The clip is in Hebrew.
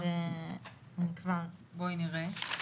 לא בודקות וריאנטים.